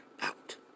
out